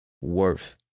worth